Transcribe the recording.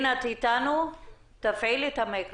חוזר מס' 15, וחזרו לעבוד